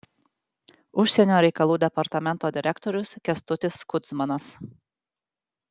užsienio reikalų departamento direktorius kęstutis kudzmanas